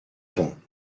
vents